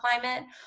climate